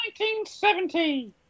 1970